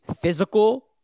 physical